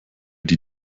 die